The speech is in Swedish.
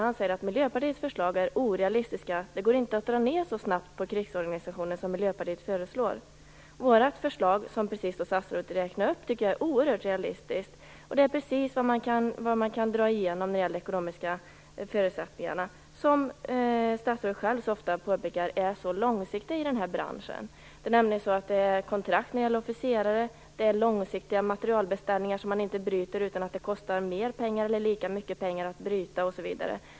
Han säger att Miljöpartiets förslag är orealistiska. Det går inte att dra ned så snabbt på krigsorganisationen som Miljöpartiet föreslår. Vårt förslag är oerhört realistiskt. Det överensstämmer precis med de ekonomiska förutsättningarna, som statsrådet själv så ofta påpekar är långsiktiga i den här branschen. Det gäller kontrakt för officerare, långsiktiga materielbeställningar som det kostar lika mycket eller mer pengar att bryta osv.